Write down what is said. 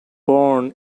born